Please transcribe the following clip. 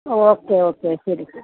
okay okay ശരി ശരി